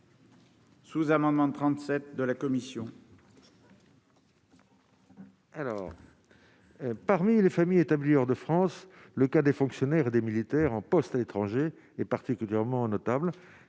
Sous-amendement 37 de la commission.